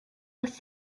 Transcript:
was